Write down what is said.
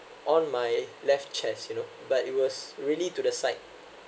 on my left chest you know but it was really to the side